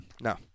No